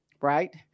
right